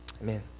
amen